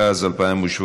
התשע"ז 2017,